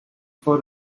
for